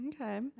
okay